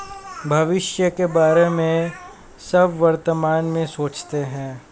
भविष्य के बारे में सब वर्तमान में सोचते हैं